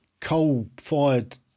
coal-fired